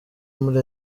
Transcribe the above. muri